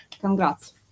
congrats